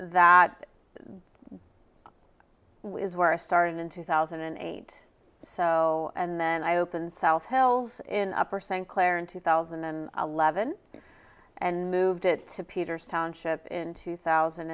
that which is where i started in two thousand and eight so and then i opened south hills in upper st clair in two thousand and eleven and moved it to peters township in two thousand